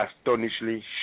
astonishingly